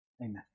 Amen